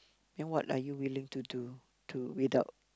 then what are you willing to do to without